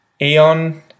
eon